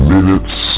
Minutes